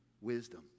wisdom